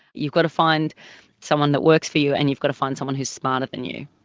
you've got to find someone that works for you and you've got to find someone who's smarter than you,